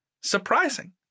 Surprising